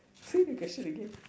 say the question again